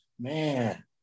man